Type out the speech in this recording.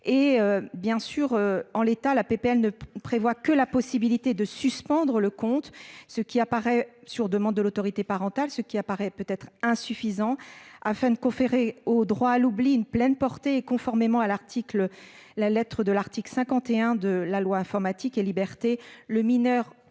hé bien sûr. En l'état la PPL ne prévoit que la possibilité de suspendre le compte. Ce qui apparaît sur demande de l'autorité parentale. Ce qui apparaît peut être insuffisant afin de conférer au droit à l'oubli, une pleine portée conformément à l'article. La lettre de l'article 51 de la loi Informatique et Liberté. Le mineur